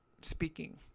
speaking